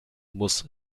muss